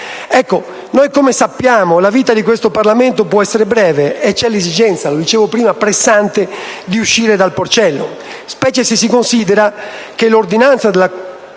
poco. Come sappiamo, la vita di questo Parlamento può essere breve e c'è l'esigenza pressante, come dicevo prima, di uscire dal porcellum, specie se si considera che l'ordinanza della